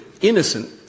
innocent